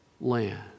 land